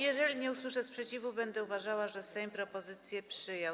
Jeżeli nie usłyszę sprzeciwu, będę uważała, że Sejm propozycję przyjął.